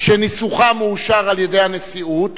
שניסוחה מאושר על-ידי הנשיאות,